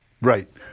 Right